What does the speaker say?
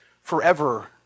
forever